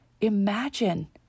Imagine